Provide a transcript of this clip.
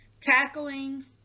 tackling